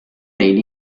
mail